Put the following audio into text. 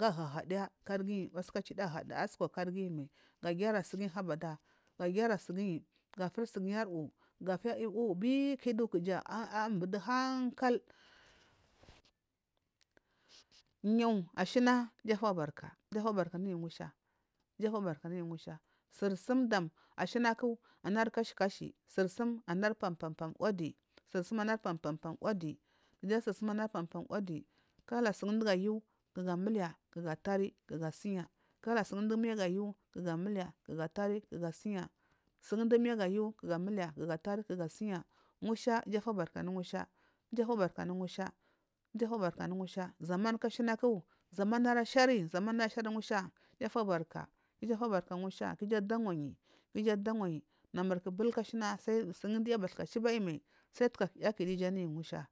ahuhu diya gari giyi wasuku du atsuko mai ga ggarari sugiya habada ga gigari su giyi ga afiyu bugiyi ari uwu gufiya uwu biku ambu du hankal. Yu ashina iju afubaku iju afubarka anuyi ngusha iju afubaka anuyi ngusha. Suri sum dam anari kashikashi suri sum anari kasha kasha anuri pampam uwadi kija suri sum pampam uwade kija suri sum pampam uwadi kala sun dugu ayu ga mdaya ga tari ga siyu ka sun du miyagu ayu ga tari ga asiya sun du miyagu ayu ga tari ga asuya ngusha iju atubuaka anu ngusha ija afubarka anu ngusha zaman ku ashanaku zamanari ashari usi anu ngasha ijiu afubu ka ngusha iju adarwaryi ku iju atanluyi namur ku bulka sai giyu bathka chiba nvi sai ku naya akidu iju anuyi ngusha